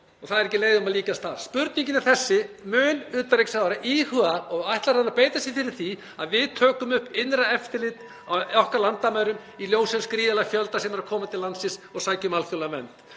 og það er ekki leiðum að líkjast þar. Spurningin er þessi: Mun utanríkisráðherra íhuga og ætlar hann að beita sér fyrir því að við tökum upp innra eftirlit á okkar landamærum (Forseti hringir.) í ljósi þess gríðarlega fjölda sem er að koma til landsins og sækja um alþjóðlega vernd?